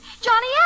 Johnny